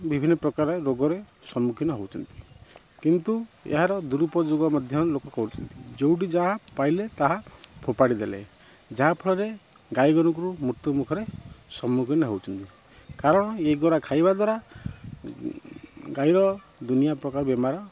ବିଭିନ୍ନପ୍ରକାର ରୋଗରେ ସମ୍ମୁଖୀନ ହେଉଛନ୍ତି କିନ୍ତୁ ଏହାର ଦୁରୁପଯୋଗ ମଧ୍ୟ ଲୋକ କରୁଛନ୍ତି ଯେଉଁଠି ଯାହା ପାଇଲେ ତାହା ଫୋପାଡ଼ି ଦେଲେ ଯାହାଫଳରେ ଗାଈଗୋରୁଙ୍କୁ ମୃତ୍ୟୁମୁଖରେ ସମ୍ମୁଖୀନ ହେଉଛନ୍ତି କାରଣ ଏଗୁଡ଼ା ଖାଇବା ଦ୍ୱାରା ଗାଈର ଦୁନିଆ ପ୍ରକାର ବେମାର